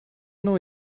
know